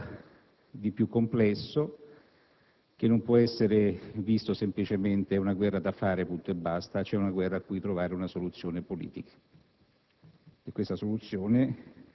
Quindi, c'è qualcosa di più complesso, che non può essere visto semplicemente come una guerra da fare, punto e basta: c'è una guerra a cui occorre trovare una soluzione politica.